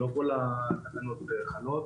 לא כל התקנות חלות.